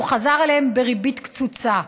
והוא חזר אליהם בריבית קצוצה.